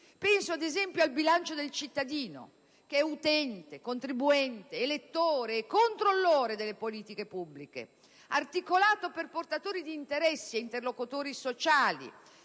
Penso ad esempio al bilancio del cittadino, che è utente e contribuente, elettore e controllore delle politiche pubbliche. Articolato per portatori d'interessi e interlocutori sociali,